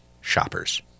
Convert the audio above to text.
shoppers